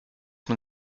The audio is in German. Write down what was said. man